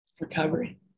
Recovery